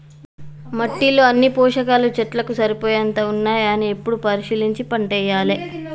మట్టిలో అన్ని పోషకాలు చెట్లకు సరిపోయేంత ఉన్నాయా అని ఎప్పుడు పరిశీలించి పంటేయాలే